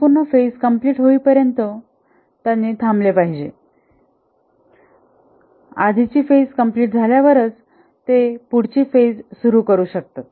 संपूर्ण phase complete होईपर्यंत त्यांनी थांबले पाहिजे आधीची फेज कम्प्लिट झाल्यावरच ते पुढची फेज सुरु करू शकतात